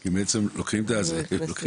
כי בעצם לוקחים את זה מהקרן.